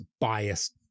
biased